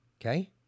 Okay